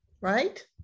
right